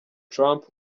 trump